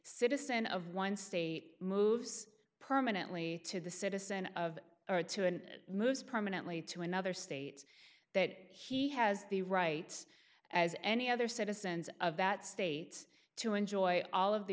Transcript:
citizen of one state moves permanently to the citizen of or two and moves permanently to another state that he has the right as any other citizens of that state to enjoy all of the